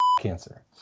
cancer